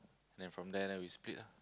then from then we split